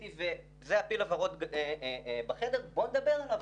וזה הפיל הוורוד בחדר, בואו נדבר עליו.